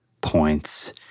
points